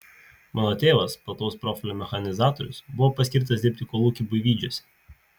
mano tėvas plataus profilio mechanizatorius buvo paskirtas dirbti į kolūkį buivydžiuose